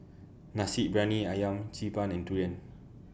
Nasi Briyani Ayam Xi Ban and Durian